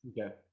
Okay